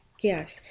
Yes